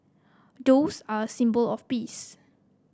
doves are a symbol of peace